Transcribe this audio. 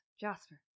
Jasper